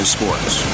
Sports